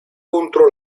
contro